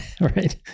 right